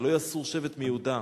לא יסור שבט מיהודה".